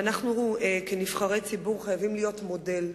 ואנחנו כנבחרי ציבור חייבים להיות מודל.